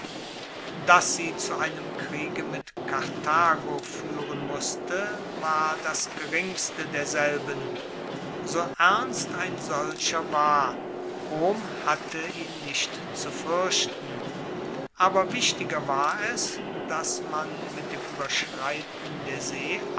dass sie zu einem kriege mit karthago fuehren musste war das geringste derselben so ernst ein solcher war rom hatte ihn nicht zu fuerchten aber wichtiger war es dass man mit dem ueberschreiten der see